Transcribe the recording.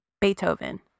Beethoven